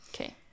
Okay